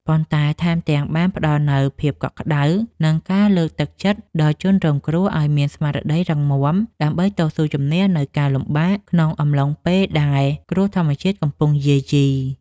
ប៉ុន្តែថែមទាំងបានផ្ដល់នូវភាពកក់ក្ដៅ និងការលើកទឹកចិត្តដល់ជនរងគ្រោះឱ្យមានស្មារតីរឹងមាំ ដើម្បីតស៊ូជម្នះនូវការលំបាកក្នុងកំឡុងពេលដែលគ្រោះធម្មជាតិកំពុងយាយី។